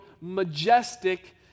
majestic